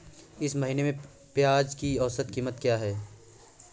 इस महीने में प्याज की औसत कीमत क्या है?